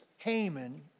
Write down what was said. Haman